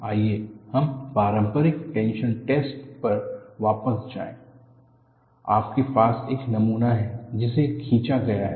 आइए हम पारंपरिक टेंशन टैस्ट पर वापस जाएं आपके पास एक नमूना है जिसे खींचा गया है